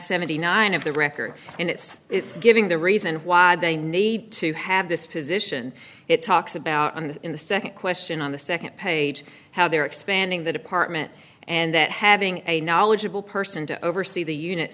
seventy nine of the records and it's it's giving the reason why they need to have this position it talks about in the second question on the second page how they're expanding the department and that having a knowledgeable person to oversee the unit